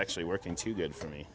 actually working too good for me